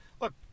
look